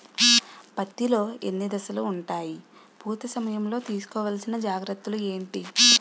పత్తి లో ఎన్ని దశలు ఉంటాయి? పూత సమయం లో తీసుకోవల్సిన జాగ్రత్తలు ఏంటి?